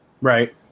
Right